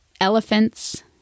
elephants